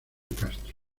castro